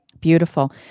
Beautiful